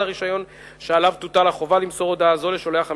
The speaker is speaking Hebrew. הרשיון שעליו תוטל החובה למסור הודעה זו לשולח המסרון,